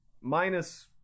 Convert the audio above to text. minus